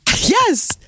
Yes